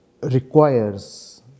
requires